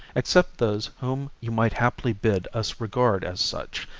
except those whom you might haply bid us regard as such,